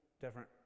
different